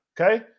okay